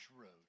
road